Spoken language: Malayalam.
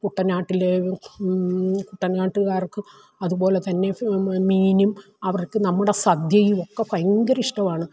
കുട്ടനാട്ടിലെ കുട്ടനാട്ടുകാർക്ക് അതുപോലെ തന്നെ മീനും അവർക്ക് നമ്മുടെ സദ്യയുമൊക്കെ ഭയങ്കര ഇഷ്ടവാണ്